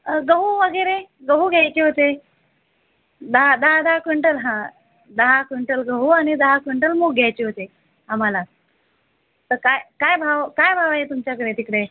गहू वगैरे गहू घ्यायचे होते दहा दहा दहा क्विंटल हा दहा क्विंटल गहू आणि दहा क्विंटल मूग घ्यायचे होते आम्हाला तर काय काय भाव काय भाव आहे तुमच्याकडे तिकडे